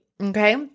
Okay